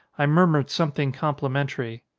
i murmured something compli mentary.